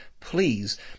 Please